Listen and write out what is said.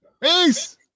Peace